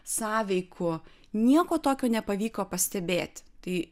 sąveikų nieko tokio nepavyko pastebėti tai